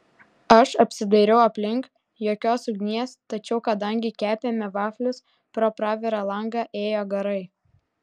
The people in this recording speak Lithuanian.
aš apsidairiau aplink jokios ugnies tačiau kadangi kepėme vaflius pro pravirą langą ėjo garai